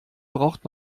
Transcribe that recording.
braucht